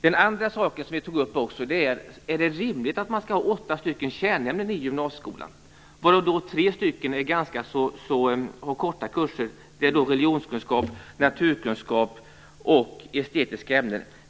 Den andra frågan vi tog upp var om det är rimligt att man skall ha åtta kärnämnen i gymnasieskolan, varav tre är ganska korta kurser. Det gäller religionskunskap, naturkunskap och estetiska ämnen.